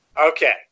Okay